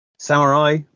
Samurai